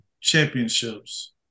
championships